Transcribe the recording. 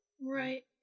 Right